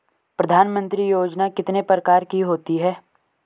प्रधानमंत्री योजना कितने प्रकार की होती है?